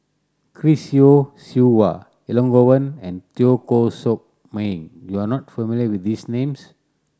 Chris Yeo Siew Hua Elangovan and Teo Koh Sock Miang you are not familiar with these names